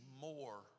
more